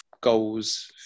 goals